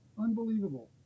Unbelievable